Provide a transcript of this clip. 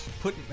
Put